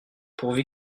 pourvu